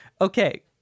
okay